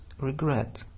regret